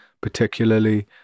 particularly